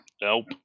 Nope